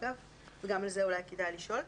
וגם על זה אולי כדאי לשאול.